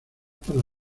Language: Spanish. para